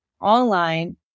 online